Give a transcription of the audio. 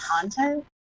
content